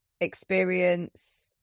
experience